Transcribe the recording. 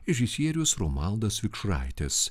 režisierius romualdas vikšraitis